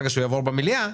ברגע שהוא יעבור במליאה,